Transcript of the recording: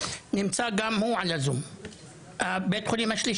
זה לגרום אני ביקרתי בבית החולים שלכם,